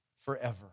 forever